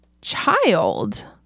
child